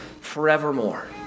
forevermore